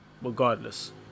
regardless